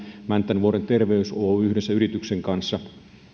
mäntänvuoren terveys oy yhdessä yrityksen kanssa